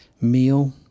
meal